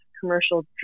commercial